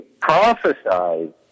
prophesied